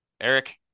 Eric